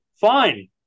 Fine